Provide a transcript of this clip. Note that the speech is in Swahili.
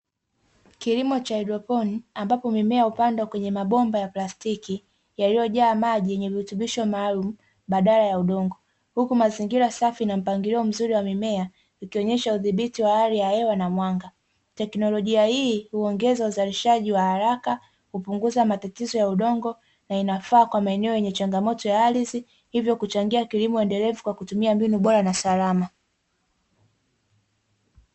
Kilimo cha hadroponi, ambapo mimea hupandwa kwenye mabomba ya plastiki, yaliyojaa maji yenye virutubisho maalumu badala ya udongo. Huku mazingira safi na mpangilio mzuri wa mimea, ukionyesha udhibiti wa hali ya hewa na mwanga. Teknologia hii huongeza uzalishaji wa haraka, hupunguza matatizo ya udongo na inafaa kwa wenye changamoto ya ardhi. Hivyo kuchangia kilimo endelevu kwa kutumia mbinu bora na salama.